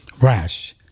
rash